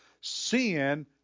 sin